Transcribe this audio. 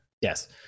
yes